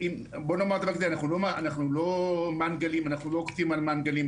אנחנו לא אוכפים מנגלים,